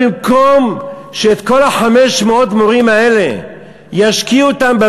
במקום שישקיעו את 500 המורים האלה בבתי-הספר